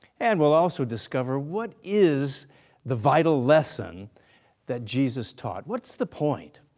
and we'll also discover what is the vital lesson that jesus taught. what's the point?